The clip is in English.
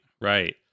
right